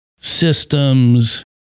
systems